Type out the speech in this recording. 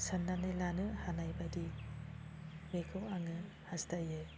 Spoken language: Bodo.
साननानै लानो हानायबायदि बेखौ आङो हास्थायो